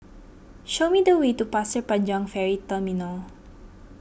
show me the way to Pasir Panjang Ferry Terminal